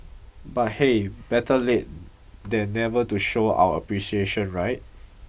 but hey better late than never to show our appreciation right